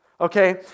Okay